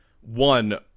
One